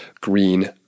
green